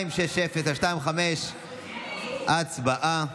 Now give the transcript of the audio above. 260/25, הצבעה.